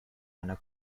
einer